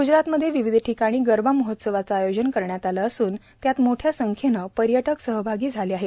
ग्जरातमध्ये विविध ठिकाणी गरबा महोत्सवांचं आयोजन करण्यात आलं असून त्यात मोठया संख्येनं पर्यटक सहभागी झाले आहे